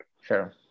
Sure